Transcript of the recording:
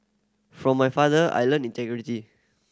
from my father I learnt integrity